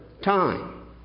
time